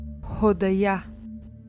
Hodaya